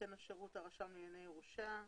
נותן השירות הוא הרשם לענייני ירושה.